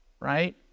right